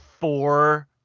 four